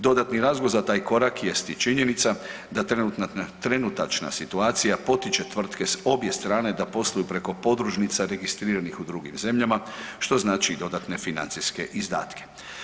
Dodatni razlog za taj korak jest i činjenica da trenutačna situacija potiče tvrtke s obje strane da posluju preko podružnica registriranih u drugim zemljama što znači i dodatne financijske izdatke.